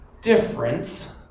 difference